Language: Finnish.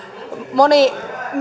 moni